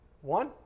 One